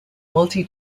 multi